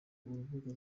urubuga